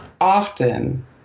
often